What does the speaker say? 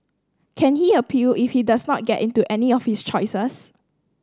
can he appeal if he does not get into any of his choices